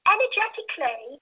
Energetically